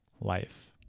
life